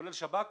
כולל שב"כ,